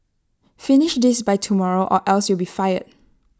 finish this by tomorrow or else you'll be fired